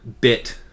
bit